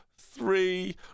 three